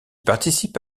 participe